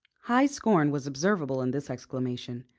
high scorn was observable in this exclamation,